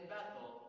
Bethel